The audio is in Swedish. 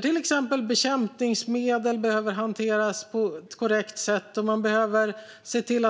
Till exempel behöver bekämpningsmedel hanteras på ett korrekt sätt, och utsläpp måste regleras. Energi